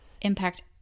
Impact